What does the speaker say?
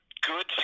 good